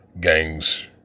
gangs